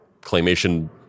claymation